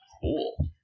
cool